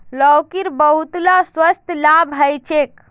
लौकीर बहुतला स्वास्थ्य लाभ ह छेक